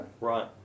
Right